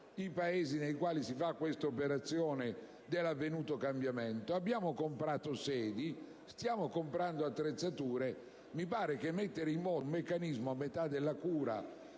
i Paesi nei quali si realizza questa operazione dell'avvenuto cambiamento, abbiamo comprato sedi e stiamo acquistando le attrezzature. Credo che mettere in moto un meccanismo, a metà della cura,